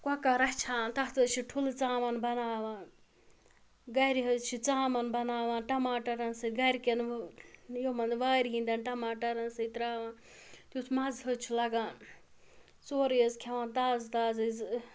کۄکر رَچھان تَتھ حظ چھِ ٹھولہٕ ژامَن بَناوان گَرِ حظ چھِ ژامَن بَناوان ٹماٹرن سۭتۍ گَرکٮ۪ن یِمَن وارِ ہِنٛدٮ۪ن ٹَماٹَرَن سۭتۍ تراوان تیُتھ مَزٕ حظ چھُ لَگان سورُے حظ کھٮ۪وان تازٕ تازٕ حظ